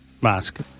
mask